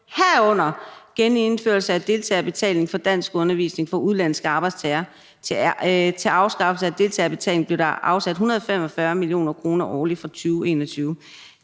herunder genindførelse af deltagerbetaling for danskundervisning for udenlandske arbejdstagere. Til afskaffelse af deltagerbetaling blev der afsat 145 mio. kr. årligt fra 2021.